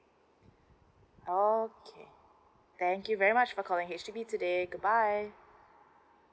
okay thank you very much for calling H_D_B today good bye